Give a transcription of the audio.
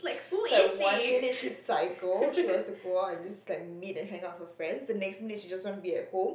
it's like one minute she's psycho she wants to go out with this like meet and hang out with her friends the next minute she just wants to be at home